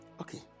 okay